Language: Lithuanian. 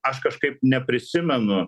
aš kažkaip neprisimenu